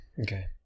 Okay